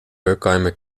herkimer